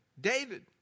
David